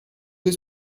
due